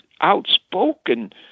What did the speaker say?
outspoken